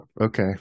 okay